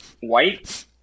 White